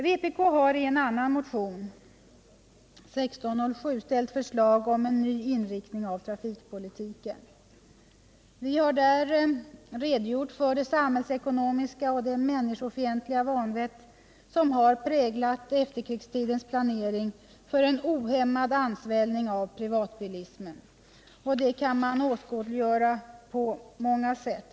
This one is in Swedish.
Vpk harien annan motion, 1977/78:1607, ställt förslag om en ny inriktning av trafikpolitiken. Vi har där också redogjort för det samhällsekonomiska och människofientliga vanvett som har präglat efterkrigstidens planering för en ohämmad ansvällning av privatbilismen. Detta kan åskådliggöras med några fakta.